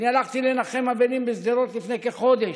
הלכתי לנחם אבלים בשדרות לפני כחודש.